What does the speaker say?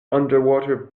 underwater